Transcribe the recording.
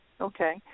okay